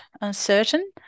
uncertain